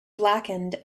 blackened